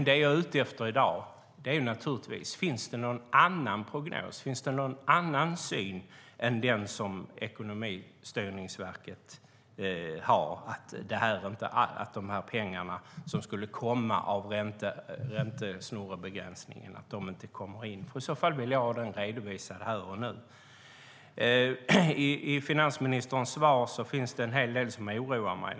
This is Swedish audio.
Det jag är ute efter är om det finns någon annan prognos och syn än den Ekonomistyrningsverket har att de pengar som skulle komma av räntesnurrebegränsningen inte kommer in? I så fall vill jag ha den redovisad här och nu. Delar av finansministerns svar oroar mig.